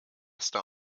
star